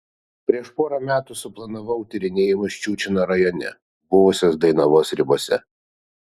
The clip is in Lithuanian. prieš porą metų suplanavau tyrinėjimus ščiučino rajone buvusios dainavos ribose